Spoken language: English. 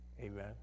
amen